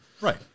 Right